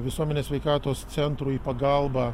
visuomenės sveikatos centrui į pagalbą